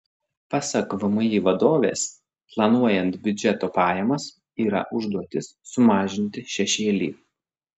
pasak vmi vadovės planuojant biudžeto pajamas yra užduotis sumažinti šešėlį